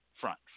front